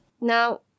now